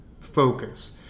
focus